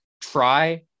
try